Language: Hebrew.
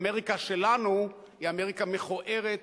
אמריקה שלנו היא אמריקה מכוערת,